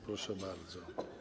Proszę bardzo.